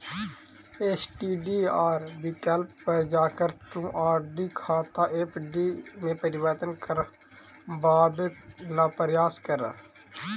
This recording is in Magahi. एस.टी.डी.आर विकल्प पर जाकर तुम आर.डी खाता एफ.डी में परिवर्तित करवावे ला प्रायस करा